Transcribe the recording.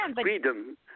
freedom